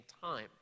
time